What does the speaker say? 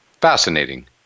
fascinating